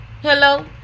hello